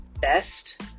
best